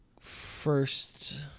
First